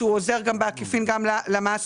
שהוא עוזר גם בעקיפין גם למעסיק.